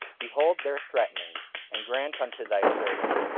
behold their threatenings and grant unto thy servants,